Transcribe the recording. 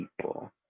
people